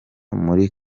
muri